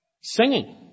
Singing